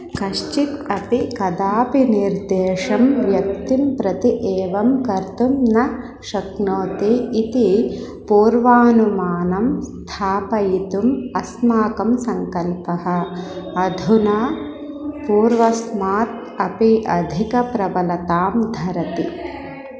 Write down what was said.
कश्चित् अपि कदापि निर्देशं व्यक्तिं प्रति एवं कर्तुं न शक्नोति इति पूर्वानुमानं स्थापयितुम् अस्माकं सङ्कल्पः अधुना पूर्वस्मात् अपि अधिकप्रबलतां धरति